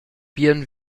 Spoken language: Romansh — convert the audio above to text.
bien